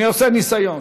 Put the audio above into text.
אני עושה ניסיון.